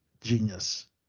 genius